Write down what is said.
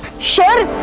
should